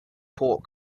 pork